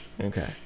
Okay